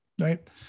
right